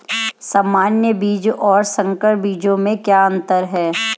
सामान्य बीजों और संकर बीजों में क्या अंतर है?